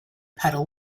pedal